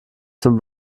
zum